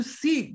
see